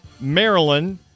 Maryland